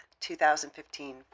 2015